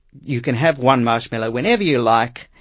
you can have one marshmallow whenever you like.